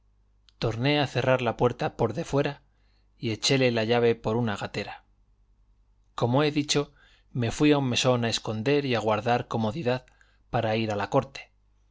torné a cerrar la puerta por de fuera y echéle la llave por una gatera como he dicho me fui a un mesón a esconder y aguardar comodidad para ir a la corte